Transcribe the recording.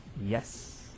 Yes